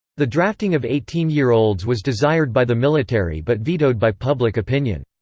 the drafting of eighteen year olds was desired by the military but vetoed by public opinion.